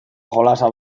jolasa